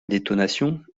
détonation